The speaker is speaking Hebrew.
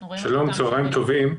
שלום, צוהריים טובים.